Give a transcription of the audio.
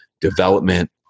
development